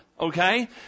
Okay